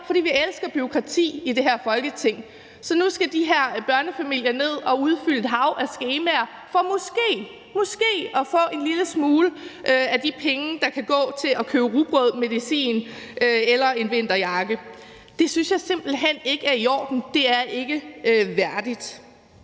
fordi vi elsker bureaukrati i det her Folketing. Så nu skal de her børnefamilier ned at udfylde et hav af skemaer for måske – måske – at få en lille smule af de penge, der kan gå til at købe rugbrød, medicin eller en vinterjakke. Det synes jeg simpelt hen ikke er i orden. Det er ikke værdigt.